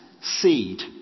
seed